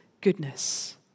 goodness